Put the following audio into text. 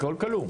כל כלוא.